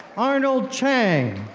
arnold chiang,